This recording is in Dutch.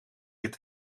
het